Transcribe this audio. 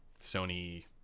Sony